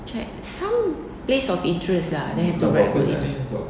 check some place of interest ah that have to write about it